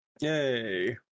Yay